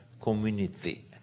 community